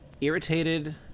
irritated